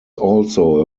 also